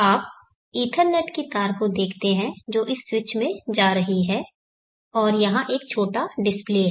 आप ईथरनेट की तार को देखते हैं जो इस स्विच में जा रही है और यहां एक छोटा डिस्प्ले है